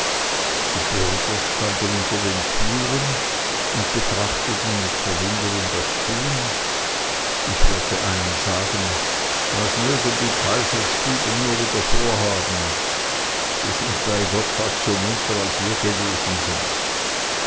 die bürger standen unter den türen und betrachteten mit verwunderung das tun ich hörte einen sagen was mögen die teufelsbuben nur wieder vorhaben die sind bei gott fast so munter als wir gewesen sind